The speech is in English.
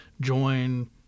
join